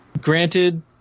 granted